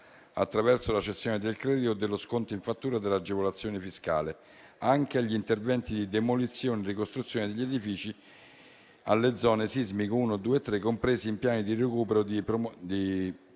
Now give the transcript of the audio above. attraverso la cessione del credito e dello sconto in fattura dell'agevolazione fiscale anche agli interventi di demolizione e ricostruzione degli edifici alle zone sismiche 1, 2 e 3 comprese in piani di recupero di patrimonio